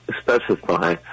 specify